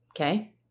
Okay